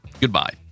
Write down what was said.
goodbye